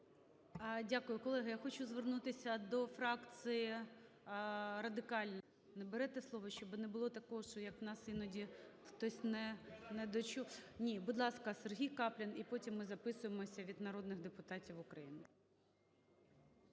Дякую. Колеги, я хочу звернутися до фракції Радикальної партії, не берете слово, щоб не було такого, що як в нас іноді хтось недочув. (Шум у залі) Ні! Будь ласка, Сергій Каплін. І потім ми записуємося від народних депутатів України.